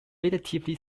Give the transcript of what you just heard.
relatively